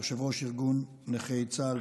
יושב-ראש ארגון נכי צה"ל,